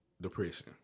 depression